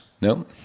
No